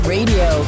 Radio